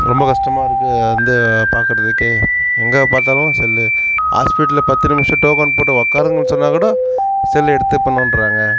ரொம்ப கஷ்ட்மா இருக்கு வந்து பாக்கிறதுக்கே எங்கே பார்த்தாலும் செல்லு ஹாஸ்பிட்டலில் பத்து நிமிஷம் டோக்கன் போட்டு உட்காருங்கன்னு சொன்னால் கூட செல்லை எடுத்து இப்போ நோண்டுறாங்க